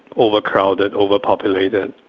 overcrowded, over-populated,